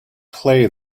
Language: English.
play